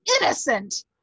innocent